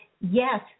yes